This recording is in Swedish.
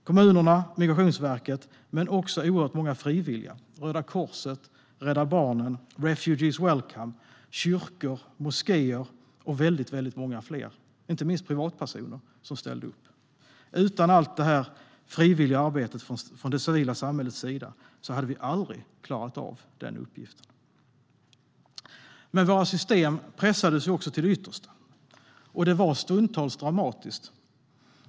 Kommunerna, Migrationsverket men också oerhört många frivilliga som Röda Korset, Rädda Barnen, Refugees Welcome, kyrkor, moskéer och väldigt många fler, inte minst privatpersoner, ställde upp. Utan allt detta frivilliga arbete från det civila samhällets sida hade vi aldrig klarat av denna uppgift. Men våra system pressades också till det yttersta. Det var stundtals dramatiskt.